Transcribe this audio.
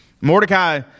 Mordecai